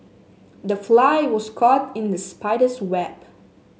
the fly was caught in the spider's web